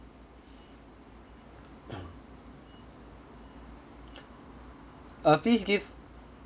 uh please give